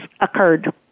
occurred